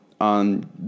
on